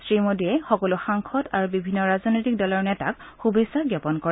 শ্ৰী মোদীয়ে সকলো সাংসদ আৰু বিভিন্ন ৰাজনৈতিক দলৰ নেতাক শুভেচ্ছা জ্ঞাপন কৰে